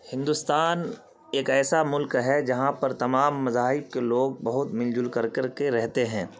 ہندوستان ایک ایسا ملک ہے جہاں پر تمام مذاہب کے لوگ بہت مل جل کر کر کے رہتے ہیں